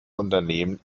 unternehmen